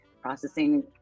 processing